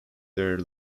their